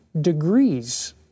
degrees